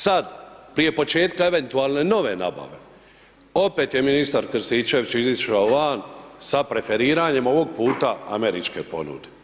Sad, prije početka eventualne nove nabave, opet je ministar Krstičević izišao van sa preferiranjem ovog puta američke ponude.